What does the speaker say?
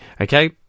Okay